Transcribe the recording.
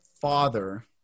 father